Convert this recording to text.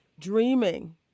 dreaming